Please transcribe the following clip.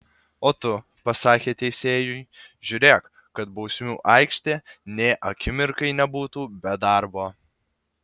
o tu pasakė teisėjui žiūrėk kad bausmių aikštė nė akimirkai nebūtų be darbo